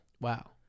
Wow